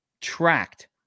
Tracked